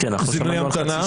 זמני המתנה.